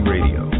Radio